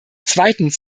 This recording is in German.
zweitens